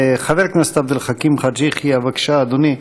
חבר הכנסת עבד אל חכים חאג' יחיא, בבקשה, אדוני.